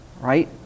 right